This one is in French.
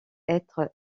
être